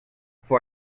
for